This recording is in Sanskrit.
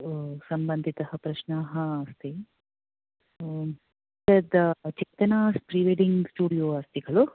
समबन्धिताः प्रश्नाः अस्ति एतत् चेतना प्रिवेड्डिङ्ग् स्टुडियो अस्ति खलु